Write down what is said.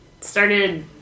started